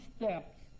steps